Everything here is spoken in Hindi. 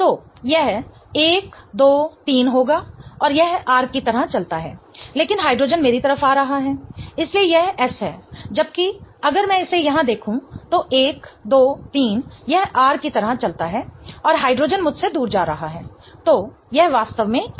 तो यह 1 2 3 होगा और यह R की तरह चलता है लेकिन हाइड्रोजन मेरी तरफ आ रहा है इसलिए यह S है जबकि अगर मैं इसे यहां देखूं तो 1 2 3 यह R की तरह चलता है और हाइड्रोजन मुझसे दूर जा रहा है तो यह वास्तव में R